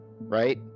right